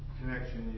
connection